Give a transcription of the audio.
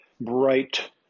bright